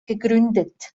gegründet